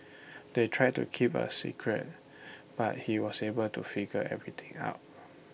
they tried to keep A secret but he was able to figure everything out